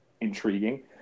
intriguing